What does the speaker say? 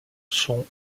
sont